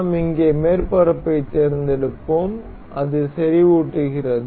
நாம் இங்கே மேற்பரப்பைத் தேர்ந்தெடுப்போம் அது செறிவூட்டுகிறது